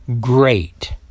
great